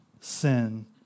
sin